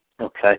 Okay